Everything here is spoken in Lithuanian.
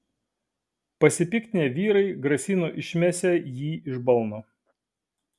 pasipiktinę vyrai grasino išmesią jį iš balno